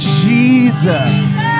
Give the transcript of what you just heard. Jesus